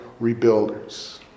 rebuilders